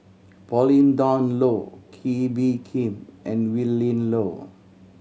Pauline Dawn Loh Kee Bee Khim and Willin Low